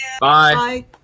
Bye